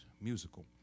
musical